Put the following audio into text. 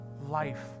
life